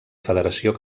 federació